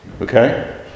okay